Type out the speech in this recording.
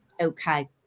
Okay